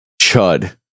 Chud